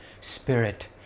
spirit